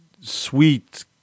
sweet